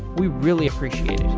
we really appreciate